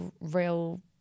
real